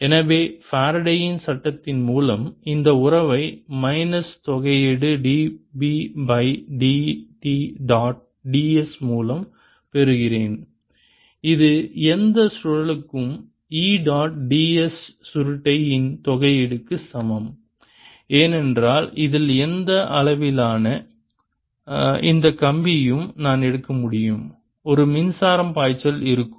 எனவே ஃபாரடேயின் Faraday's சட்டத்தின் மூலம் இந்த உறவை மைனஸ் தொகையீடு dB by dt dot ds மூலம் பெறுகிறேன் இது எந்த சுழலுக்கும் E டாட் ds சுருட்டை இன் தொகையீடு க்கு சமம் ஏனென்றால் இதில் எந்த அளவிலான இந்த கம்பியையும் நான் எடுக்க முடியும் ஒரு மின்சாரம் பாய்ச்சல் இருக்கும்